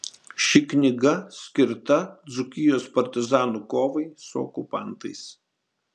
ši knyga skirta dzūkijos partizanų kovai su okupantais